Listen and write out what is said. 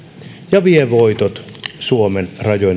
ja vie voitot suomen